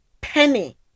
penny